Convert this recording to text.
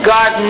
God